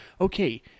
okay